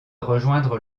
rejoindre